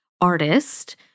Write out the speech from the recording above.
artist